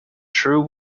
true